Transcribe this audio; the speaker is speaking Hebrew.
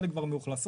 חלק כבר מאוכלסות,